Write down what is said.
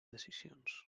decisions